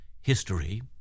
history